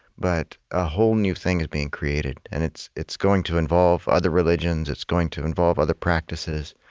but a whole new thing is being created, and it's it's going to involve other religions. it's going to involve other practices.